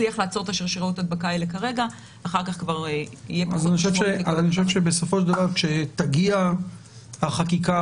אני חושב שבסופו של דבר כשתגיע החקיקה